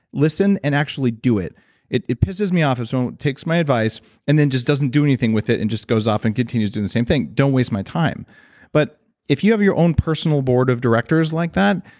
listen and actually do it it it pisses me off if someone takes my advice and then just doesn't do anything with it and just goes off and continues to do the same thing. don't waste my time but if you have your own personal board of directors like that,